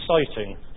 exciting